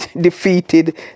defeated